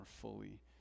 fully